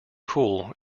cool